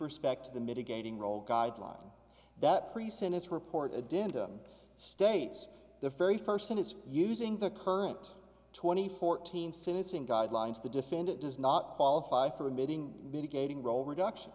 respect to the mitigating role guideline that pre sentence report addendum states the fairy first and is using the current twenty fourteen citizen guidelines the defendant does not qualify for admitting mitigating role reduction